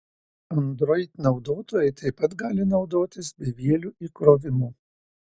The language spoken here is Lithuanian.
android naudotojai taip pat gali naudotis bevieliu įkrovimu